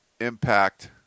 impact